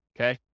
okay